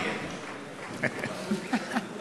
נהיית דובר הממשלה,